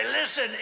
listen